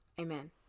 amen